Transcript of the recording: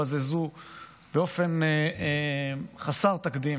ובזזו באופן חסר תקדים